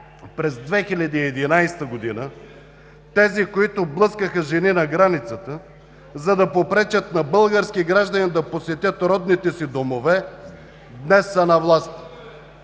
през 2011 г., тези, които блъскаха жени на границата, за да попречат на български граждани да посетят родните си домове, днес са на власт.